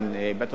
בהטרדה מינית,